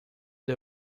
the